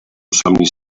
somnis